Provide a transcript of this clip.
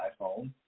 iPhone